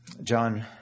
John